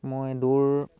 মই দৌৰ